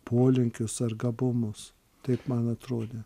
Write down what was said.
polinkius ar gabumus taip man atrodė